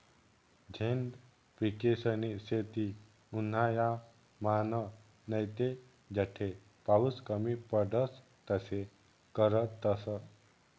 झैद पिकेसनी शेती उन्हायामान नैते जठे पाऊस कमी पडस तठे करतस